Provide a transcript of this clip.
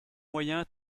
moyen